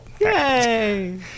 Yay